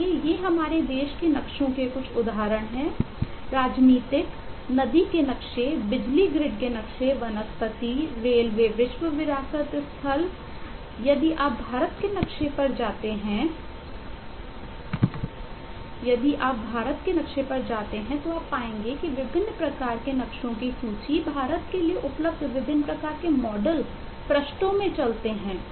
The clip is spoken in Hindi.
इसलिए ये हमारे देश के नक्शों के कुछ उदाहरण हैं राजनीतिक नदी का नक्शा बिजली ग्रिड वनस्पति रेलवे विश्व विरासत स्थल यदि आप भारत के नक्शे पर जाते हैं तो आप पाएंगे कि विभिन्न प्रकार के नक्शों की सूची भारत के लिए उपलब्ध विभिन्न प्रकार के मॉडल पृष्ठों में चलते हैं